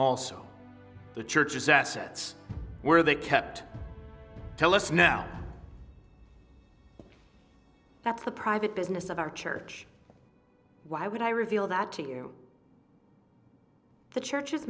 also the church's assets where they kept tell us now that's the private business of our church why would i reveal that to you the church